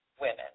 women